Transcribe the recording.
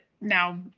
now